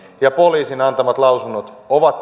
ja poliisin antamat lausunnot ovat